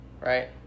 right